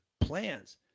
plans